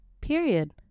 period